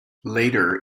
later